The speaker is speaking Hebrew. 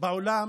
בעולם